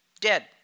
dead